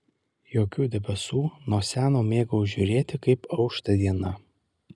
jokių debesų nuo seno mėgau žiūrėti kaip aušta diena